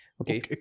Okay